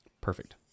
Perfect